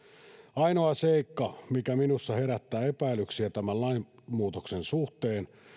ainoa seikka mikä minussa herättää epäilyksiä tämän lain muutoksen suhteen